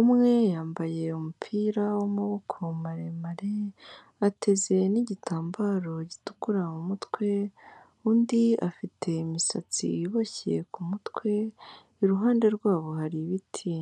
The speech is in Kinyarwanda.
umwe yambaye umupira w'amaboko maremare, ateze n'igitambaro gitukura mu mutwe, undi afite imisatsi iboshye ku mutwe, iruhande rwabo hari ibiti.